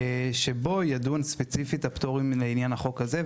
שבו יידונו הפטורים לעניין החוק הזה,